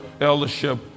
eldership